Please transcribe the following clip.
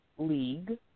League